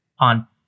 on